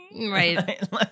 Right